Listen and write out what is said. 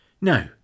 Now